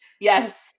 Yes